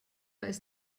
ist